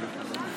קריאה ראשונה.